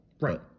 Right